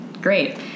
Great